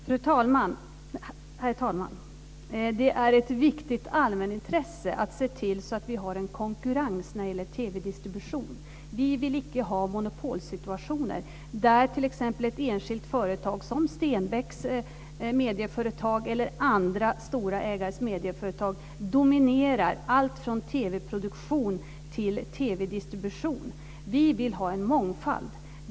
Herr talman! Det är ett viktigt allmänintresse att se till att vi har en konkurrens när det gäller TV distribution. Vi vill icke ha monopolsituationer, där t.ex. ett enskilt företag, som Stenbecks medieföretag eller andra stora ägares medieföretag, dominerar allt från TV-produktion till TV-distribution. Vi vill ha en mångfald.